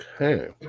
Okay